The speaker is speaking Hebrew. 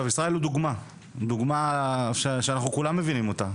ישראל הוא דוגמה, דוגמה שכולם מבינים אותה.